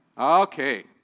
Okay